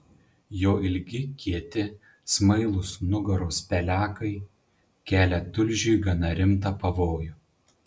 jo ilgi kieti smailūs nugaros pelekai kelia tulžiui gana rimtą pavojų